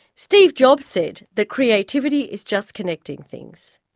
steve jobs said that creativity is just connecting things.